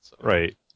right